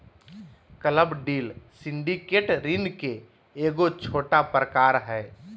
club deal syndicate ऋण के एगो छोटा प्रकार हय